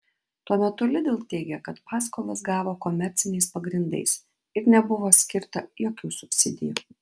tuo metu lidl teigia kad paskolas gavo komerciniais pagrindais ir nebuvo skirta jokių subsidijų